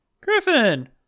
Griffin